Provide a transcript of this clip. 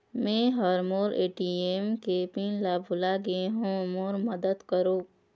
मै ह मोर ए.टी.एम के पिन ला भुला गे हों मोर मदद करौ